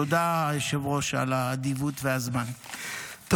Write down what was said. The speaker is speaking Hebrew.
תודה על האדיבות והזמן, היושב-ראש.